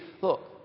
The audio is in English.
look